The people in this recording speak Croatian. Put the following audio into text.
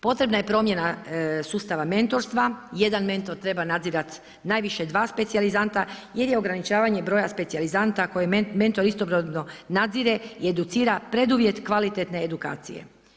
Potrebna je promjena sustava mentorstva, jedan mentor treba nadzirati najviše dva specijalizanta jer je ograničavanje broja specijalizanta koje mentor istodobno nadzire i educira, preduvjet kvalitetne edukacije.